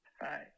Hi